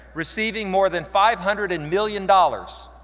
receiving more than five hundred and million dollars